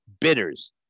Bitters